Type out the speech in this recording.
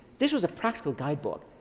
this was a practical guidebook,